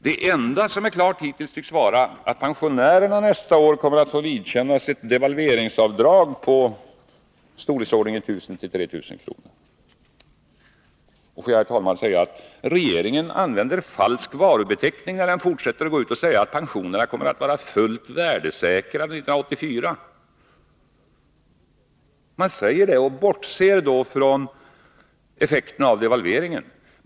Det enda klara hittills tycks vara att pensionärerna nästa år kommer att få vidkännas ett devalveringsavdrag på storleksordningen 1000 — 3 000. Regeringen använder falsk varubeteckning när den fortsätter att gå ut och säga att pensionerna kommer att vara fullt värdesäkrade 1984. Då har man bortsett från devalveringen.